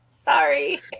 Sorry